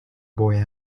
boy